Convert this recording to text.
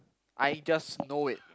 I just know it